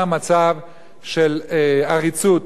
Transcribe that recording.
של עריצות של אנשים,